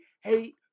hate